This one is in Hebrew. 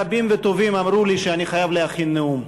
רבים וטובים אמרו לי שאני חייב להכין נאום.